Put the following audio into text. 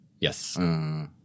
Yes